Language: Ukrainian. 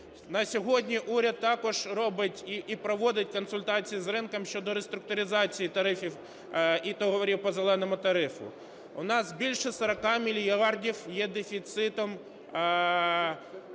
На сьогодні уряд також робить і проводить консультації з ринком щодо реструктуризації тарифів і договорів по "зеленому" тарифу. У нас більше 40 мільярдів є дефіциту